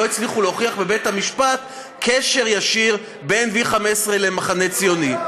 לא הצליחו להוכיח בבית-המשפט קשר ישיר בין V15 למחנה הציוני.